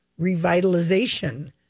revitalization